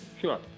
Sure